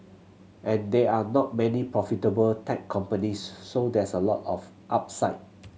and there are not many profitable tech companies so there's a lot of upside